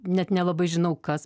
net nelabai žinau kas